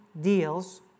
deals